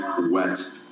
wet